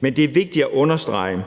Men det er vigtigt at understrege,